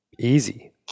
easy